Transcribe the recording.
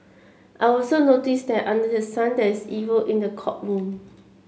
I also noticed that under the sun there is evil in the courtroom